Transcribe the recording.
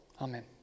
Amen